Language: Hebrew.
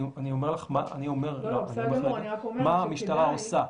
אני אומר מה המשטרה עושה.